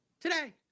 Today